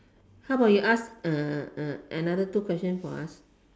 how about you ask uh uh another two question for us